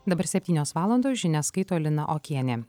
dabar septynios valandos žinias skaito lina okienė